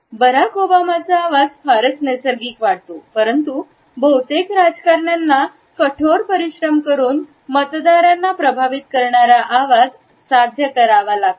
Barack ओबामाचा आवाज फारच नैसर्गिक वाटतो परंतु बहुतेक राजकारण्यांना कठोर परिश्रम करून मतदारांना प्रभावित करणारा आवाज साध्य करावा लागतो